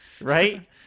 Right